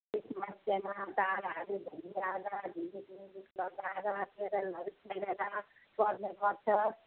Christmas डेमा ताराहरू झुन्ड्याएर झिलिमिली लगाएर केरलहरू खेलेर गर्ने गर्छ